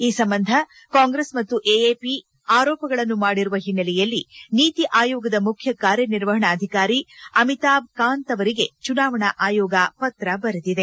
ಈ ಸಂಬಂಧ ಕಾಂಗ್ರೆಸ್ ಮತ್ತು ಎಎಪಿ ಆರೋಪಗಳನ್ನು ಮಾಡಿರುವ ಹಿನ್ನೆಲೆಯಲ್ಲಿ ನೀತಿ ಆಯೋಗದ ಮುಖ್ಯ ಕಾರ್ದನಿರ್ವಹಣಾಧಿಕಾರಿ ಅಮಿತಾಬ್ ಕಾಂತ್ ಅವರಿಗೆ ಚುನಾವಣಾ ಆಯೋಗ ಪತ್ರ ಬರೆದಿದೆ